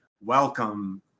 welcome